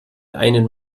einen